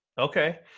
Okay